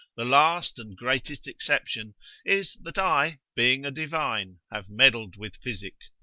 the last and greatest exception is, that i, being a divine, have meddled with physic,